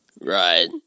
Right